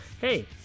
hey